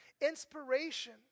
inspiration